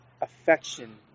affection